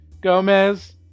Gomez